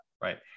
Right